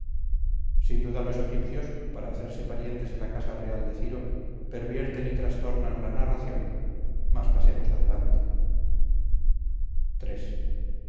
sin duda los egipcios para hacerse parientes de la casa real de ciro pervierten y trastornan la narración mas pasemos adelante